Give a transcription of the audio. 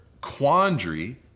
quandary